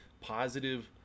positive